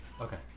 Okay